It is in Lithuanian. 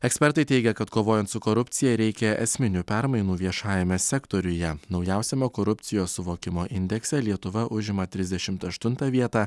ekspertai teigia kad kovojant su korupcija reikia esminių permainų viešajame sektoriuje naujausiame korupcijos suvokimo indekse lietuva užima trisdešimt aštuntą vietą